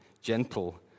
gentle